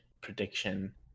prediction